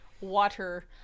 Water